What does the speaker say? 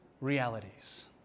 realities